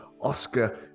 oscar